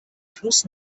fluss